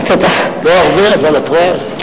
לא הרבה, אבל יש.